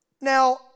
Now